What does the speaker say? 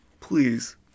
please